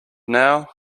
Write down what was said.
now